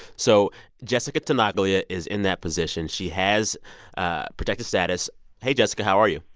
so jesica tenaglia is in that position. she has ah protected status hey, jesica, how are you?